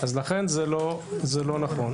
לכן זה לא נכון.